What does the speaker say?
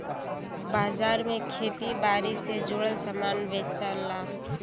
बाजार में खेती बारी से जुड़ल सामान बेचला